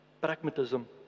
pragmatism